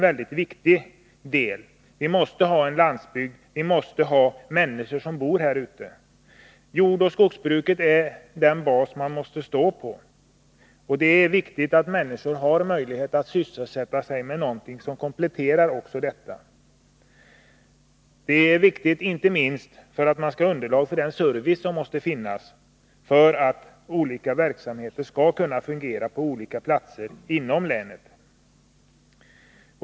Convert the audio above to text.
Vi måste ha en fungerande landsbygd, vi måste ha människor som bor där. Jordoch skogsbruket är den basnäring som man måste stå på. Människor måste också kunna sysselsätta sig med arbete som 123 kompletterar jordbruket, inte minst för att man skall ha underlag för den service som måste finnas för att olika verksamheter skall kunna fungera på olika platser inom länet.